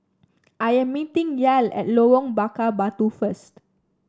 I am meeting Yael at Lorong Bakar Batu first